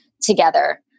together